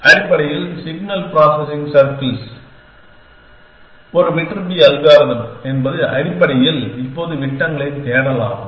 அடிப்படையில் signal processing circles ஒரு Viterbi algorithm என்பது அடிப்படையில் இப்போது விட்டங்களின் தேடலாகும்